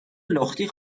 لختی